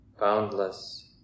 boundless